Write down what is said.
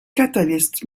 catalysts